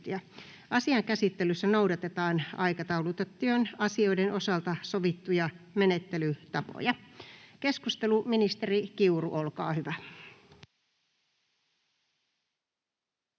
Asian käsittelyssä noudatetaan aikataulutettujen asioiden osalta sovittuja menettelytapoja. — Keskustelu, ministeri Kiuru, olkaa hyvä.